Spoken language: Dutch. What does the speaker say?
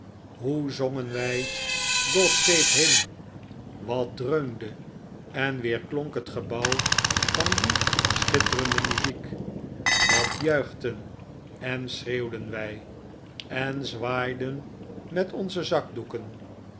hoe zongen wij god save him wat dreunde en weerklonk het gebouw van die schitterende muziek wat juichten en schreeuwden wij en zwaaiden met onze zakdoeken